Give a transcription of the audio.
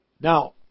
Now